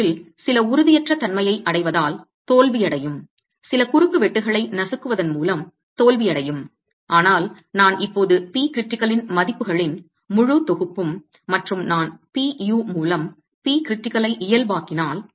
அவற்றில் சில உறுதியற்ற தன்மையை அடைவதால் தோல்வியடையும் சில குறுக்குவெட்டுகளை நசுக்குவதன் மூலம் தோல்வியடையும் ஆனால் நான் இப்போது Pcritical இன் மதிப்புகளின் முழு தொகுப்பும் மற்றும் நான் Pu மூலம் Pcritical ஐ இயல்பாக்கினால்